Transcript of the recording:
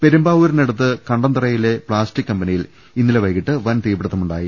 പെരുമ്പാവൂരിനടുത്ത് കണ്ടന്തറയിലെ പ്ലാസ്റ്റിക് കമ്പനിയിൽ ഇന്നലെ വൈകിട്ട് വൻ തീപിടുത്തമുണ്ടായി